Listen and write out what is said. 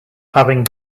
having